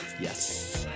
Yes